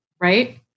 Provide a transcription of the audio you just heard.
right